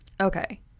Okay